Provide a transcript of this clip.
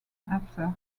after